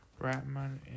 Ratman